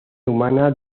humana